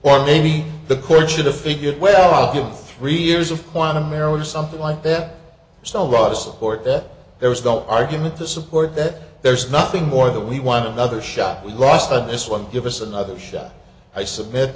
or maybe the court should have figured well i'll give three years of quantum maryland or something like that so was court that there was going argument to support that there's nothing more that we want another shot we lost on this one give us another shot i submit